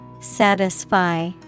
Satisfy